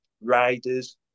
riders